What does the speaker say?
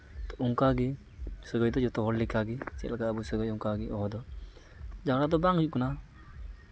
ᱚᱱᱟᱜᱮ ᱥᱟᱹᱜᱟᱹᱭ ᱫᱚ ᱡᱚᱛᱚ ᱦᱚᱲ ᱞᱮᱠᱟᱜᱮ ᱪᱮᱫ ᱞᱮᱠᱟ ᱟᱵᱚ ᱥᱟᱹᱜᱟᱹᱭ ᱚᱱᱠᱟᱜᱮ ᱦᱚᱦᱚ ᱫᱚ ᱡᱟᱦᱟᱱᱟᱜ ᱫᱚ ᱵᱟᱝ ᱦᱩᱭᱩᱜ ᱠᱟᱱᱟ